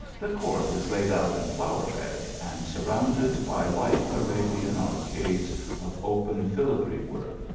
the court is laid out in flower beds, and surrounded by light arabian arcades of open filigree work,